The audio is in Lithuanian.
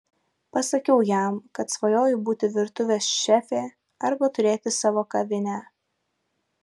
pasakiau jam kad svajoju būti virtuvės šefė arba turėti savo kavinę